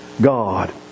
God